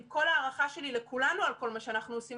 עם כל הערכה שלי לכולנו על כל מה שאנחנו עושים,